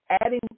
Adding